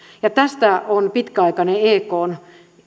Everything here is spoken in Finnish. ja tästä on pitkäaikainen ekn